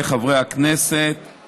הצעת חוק הבחירות לכנסת (תיקון מס' 70),